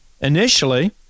initially